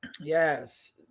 yes